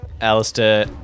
Alistair